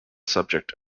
subject